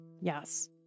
yes